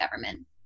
government